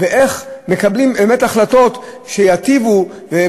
ואיך מקבלים באמת החלטות שייטיבו עם הציבור,